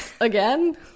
again